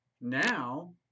Now